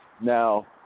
Now